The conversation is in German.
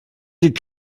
die